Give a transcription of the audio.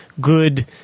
good